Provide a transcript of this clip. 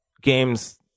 games